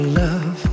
love